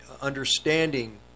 understanding